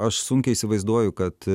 aš sunkiai įsivaizduoju kad